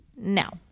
now